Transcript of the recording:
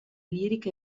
liriche